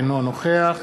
אינו נוכח